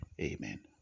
amen